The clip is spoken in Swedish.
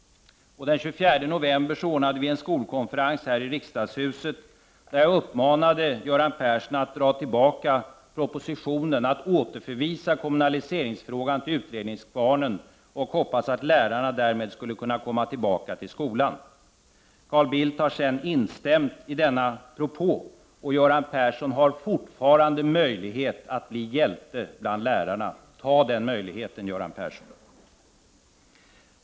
Den 24 november ordnade vi en skolkonferens här i riksdagshuset. Jag uppmanade då Göran Persson att dra tillbaka propositionen och återförvisa kommunaliseringsfrågan till utredningskvarnen med förhoppningen att lärarna därmed skulle kunna komma tillbaka till skolan. Carl Bildt har sedan instämt i denna propå. Göran Persson har fortfarande möjlighet att bli hjälte bland lärarna. Ta den möjligheten, Göran Persson!